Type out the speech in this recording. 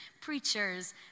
preachers